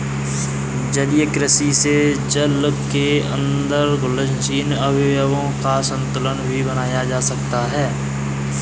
जलीय कृषि से जल के अंदर घुलनशील अवयवों का संतुलन भी बनाया जा सकता है